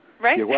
Right